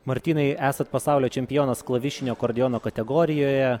martynai esat pasaulio čempionas klavišinio akordeono kategorijoje